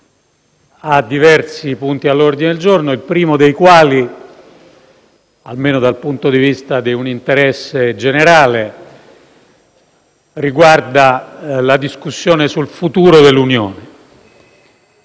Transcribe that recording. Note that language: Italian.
ha diversi punti all'ordine del giorno il primo dei quali, primo almeno dal punto di vista dell'interesse generale, riguarda la discussione sul futuro dell'Unione.